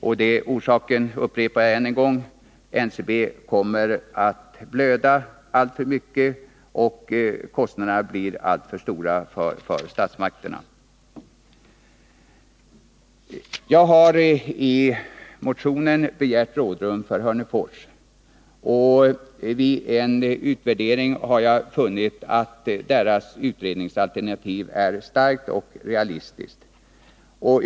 Jag upprepar än en 51 gång orsaken: NCB skulle annars blöda alltför mycket, och kostnaderna för statsmakterna skulle bli alltför stora. I motionen har jag begärt rådrum för Hörnefors. Vid en utvärdering har jag också funnit att utredningsalternativet är starkt och realistiskt.